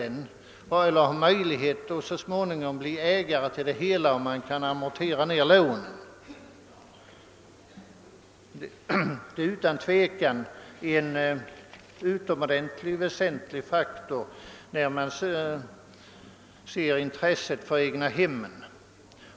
Man vill ha möjlighet att så småningom uppnå detta mål genom att amortera lånen, och detta är som sagt utan tvivel en utomordentligt väsentlig faktor då det gäller intresset för de egna hemmen.